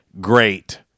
great